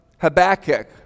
Habakkuk